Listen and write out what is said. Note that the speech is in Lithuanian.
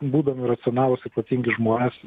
būdami racionalūs ir protingi žmonės